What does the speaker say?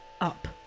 up